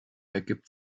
ergibt